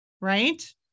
right